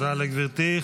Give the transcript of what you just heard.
תודה לגברתי.